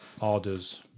orders